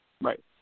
Right